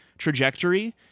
trajectory